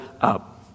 up